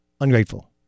Ungrateful